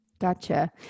gotcha